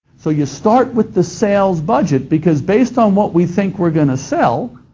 so you start with the sales budget because based on what we think we're going to sell,